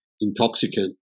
intoxicant